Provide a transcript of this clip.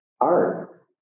art